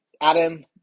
Adam